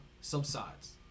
subsides